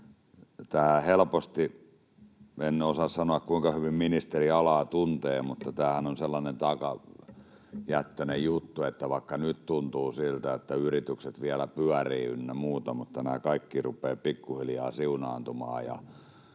tällä hetkellä. En osaa sanoa, kuinka hyvin ministeri alaa tuntee, mutta tämähän on sellainen takajättöinen juttu, että vaikka nyt tuntuu siltä, että yritykset vielä pyörivät ynnä muuta, niin nämä kaikki rupeavat pikkuhiljaa siunaantumaan,